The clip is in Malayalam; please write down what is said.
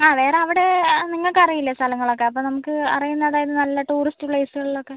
ആ വേറെ അവിടെ നിങ്ങൾക്ക് അറിയില്ലേ സ്ഥലങ്ങളൊക്കെ അപ്പം നമുക്ക് അറിയുന്നതായിരുന്ന നല്ല ടൂറിസ്റ്റ് പ്ലേസുകളിലൊക്കെ